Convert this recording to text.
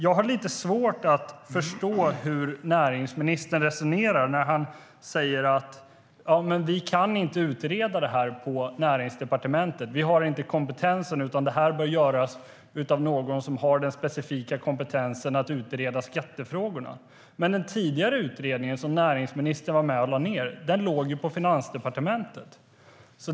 Jag har lite svårt att förstå hur näringsministern resonerar. Han säger att man inte kan utreda det här på Näringsdepartementet för att kompetensen saknas och att detta bör göras av någon som har den specifika kompetensen att utreda skattefrågorna. Men den tidigare utredningen, som näringsministern var med och lade ned, låg på Finansdepartementet.